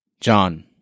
John